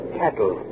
cattle